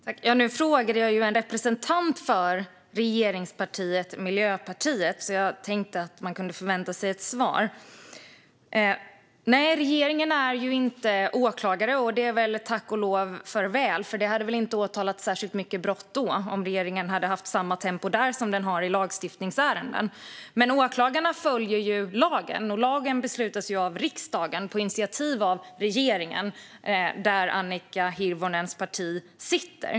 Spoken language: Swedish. Fru talman! Nu frågade jag ju en representant för regeringspartiet Miljöpartiet, så jag tänkte att man kunde förvänta sig ett svar. Nej, regeringen är tack och lov inte åklagare. Det är för väl, för då hade det väl inte åtalats för särskilt många brott, om regeringen hade haft samma tempo där som den har i lagstiftningsärenden. Men åklagarna följer lagen, och lagen beslutas av riksdagen på initiativ av regeringen, där Annika Hirvonens parti sitter.